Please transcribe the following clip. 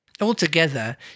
Altogether